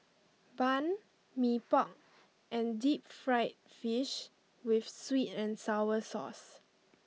Bun Mee Pok and Deep Fried Fish with Sweet and Sour Sauce